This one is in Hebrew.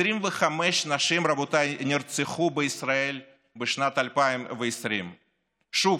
25 נשים, רבותיי, נרצחו בישראל בשנת 2020. שוב,